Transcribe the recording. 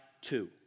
two